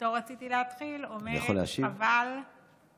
שאיתו רציתי להתחיל, אומרת שחבל, אני יכול להשיב?